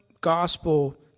gospel